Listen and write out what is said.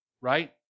Right